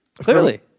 Clearly